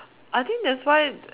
I think that's why